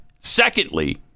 Secondly